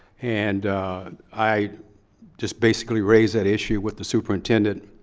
and i just basically raised that issue with the superintendent,